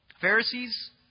Pharisees